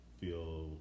feel